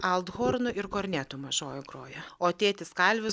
althornu ir kornetu mažoji groja o tėtis kalvis